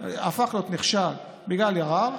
הפכו להיות נכשל בגלל ערר,